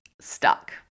stuck